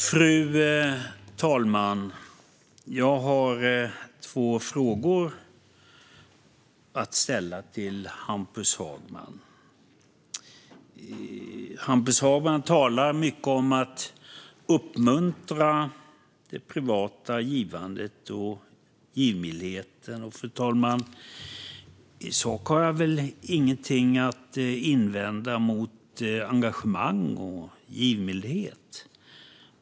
Fru talman! Jag har två frågor att ställa till Hampus Hagman. Hampus Hagman talar mycket om att uppmuntra det privata givandet och givmildheten. I sak har jag väl ingenting att invända mot engagemang och givmildhet.